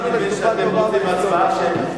אני מבין שאתם רוצים הצבעה שמית.